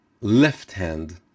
left-hand